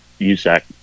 USAC